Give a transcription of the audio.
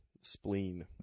spleen